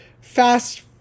fast